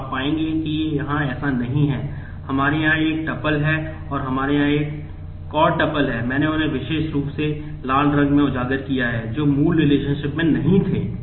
तो यह अनुमानित supplier रिलेशनशिप में नहीं थे